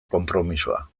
konpromisoa